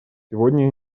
сегодня